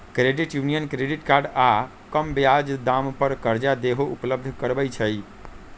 credit union credit card आऽ कम ब्याज दाम पर करजा देहो उपलब्ध करबइ छइ